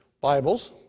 Bibles